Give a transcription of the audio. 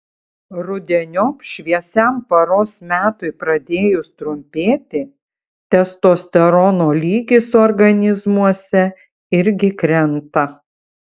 rudeniop šviesiam paros metui pradėjus trumpėti testosterono lygis organizmuose irgi krenta